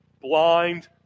blind